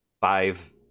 five